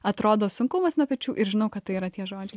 atrodo sunkumas nuo pečių ir žinau kad tai yra tie žodžiai